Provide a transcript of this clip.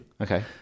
Okay